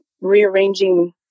rearranging